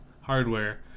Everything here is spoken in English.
hardware